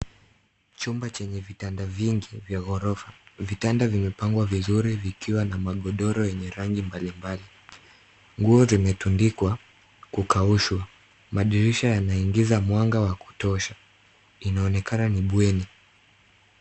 Chumba chenye vitanda vingi vya ghorofa. Vitanda vimepangwa vizuri vikiwa na magodoro yenye rangi mbalimbali. Nguo zimetundikwa kukaushwa. Madirisha yanaingiza mwanga wa kutosha. Inaonekana ni bweni.